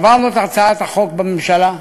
העברנו את הצעת החוק בממשלה,